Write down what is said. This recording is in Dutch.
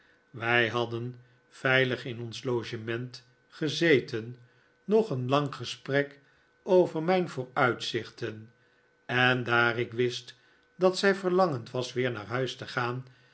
wij hadden veilig in ons logement gezeten nog een lang gesprek over mijn vooruitzichten en daar ik wist dat zij verlangend was weer naar huis te gaan